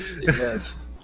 Yes